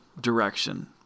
direction